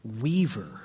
weaver